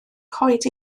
coed